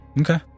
okay